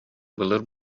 былыр